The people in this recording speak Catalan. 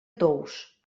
tous